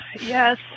yes